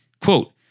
quote